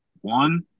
one